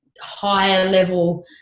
higher-level